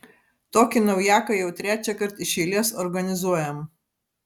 tokį naujaką jau trečiąkart iš eilės organizuojam